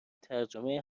ترجمه